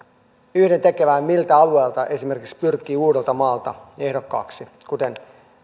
yhdentekevää miltä alueelta esimerkiksi pyrkii uudeltamaalta ehdokkaaksi kuten